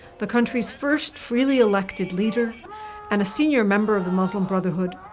the country's first freely elected leader and a senior member of the muslim brotherhood,